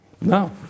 No